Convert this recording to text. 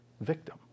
victim